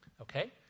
okay